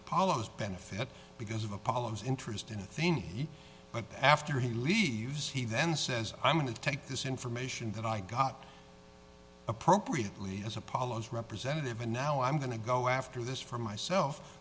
apollo's benefit because of apollo's interest in a theme but after he leaves he then says i'm going to take this information that i got appropriately as apollos representative and now i'm going to go after this for myself